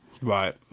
Right